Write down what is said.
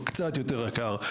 קצת יותר יקר,